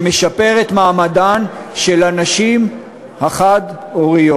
שמשפר את מעמדן של הנשים החד-הוריות,